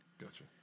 Gotcha